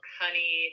honey